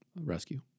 rescue